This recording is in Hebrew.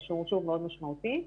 שהוא שוב מאוד משמעותי,